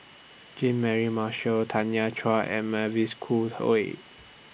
Jean Mary Marshall Tanya Chua and Mavis Khoo Oei